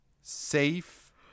Safe